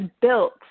built